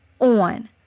on